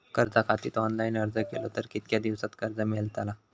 कर्जा खातीत ऑनलाईन अर्ज केलो तर कितक्या दिवसात कर्ज मेलतला?